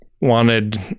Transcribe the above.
wanted